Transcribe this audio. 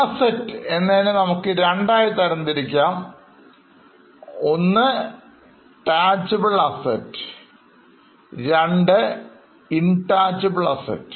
അതിലെ ഒന്നാമത്തെ ഇനംtangible assets രണ്ടാമത്തെ ഇനം intangible assetsആണ്